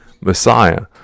Messiah